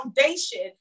foundation